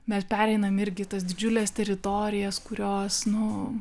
mes pereinam irgi tas didžiules teritorijas kurios nu